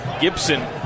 Gibson